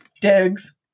Digs